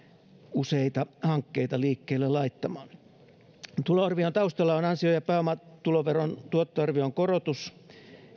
useita hankkeita liikkeelle laittamaan tuloarvion taustalla on ansio ja pääomatuloveron tuottoarvion korotus